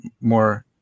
more